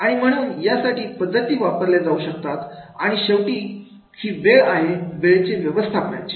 आणि म्हणून यासाठी पद्धती वापरल्या जाऊ शकतात आणि शेवटी ही वेळ आहे वेळेच्या व्यवस्थापनाची